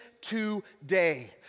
today